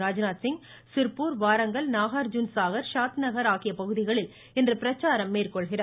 ராஜ்நாத்சிங் சிர்பூர் வாரங்கல் நாகார்ஜீன் சாகர் த்நகர் ஆகிய பகுதிகளில் இன்று பிரச்சாரம் மேற்கொள்கிறார்